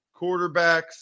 quarterbacks